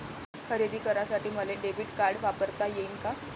खरेदी करासाठी मले डेबिट कार्ड वापरता येईन का?